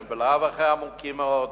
שהם בלאו הכי עמוקים מאוד?